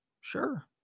Sure